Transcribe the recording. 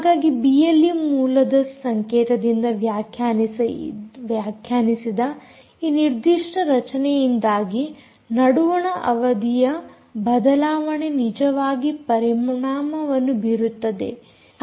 ಹಾಗಾಗಿ ಬಿಎಲ್ಈ ಮೂಲದ ಸಂಕೇತದಿಂದ ವ್ಯಾಖ್ಯಾನಿಸಿದ ಈ ನಿರ್ದಿಷ್ಟ ರಚನೆಯಿಂದಾಗಿ ನಡುವಣ ಅವಧಿಯ ಬದಲಾವಣೆ ನಿಜವಾಗಿ ಪರಿಣಾಮವನ್ನು ಬೀರುತ್ತದೆ